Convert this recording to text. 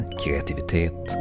kreativitet